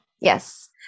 Yes